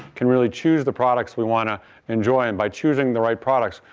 can really choose the products we want to enjoy, and by choosing the right products,